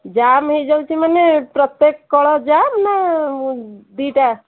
jam ହେଇଯାଉଛି ମାନେ ପ୍ରତ୍ୟକ କଳ ଜାମ୍ ନା ଦୁଇଟା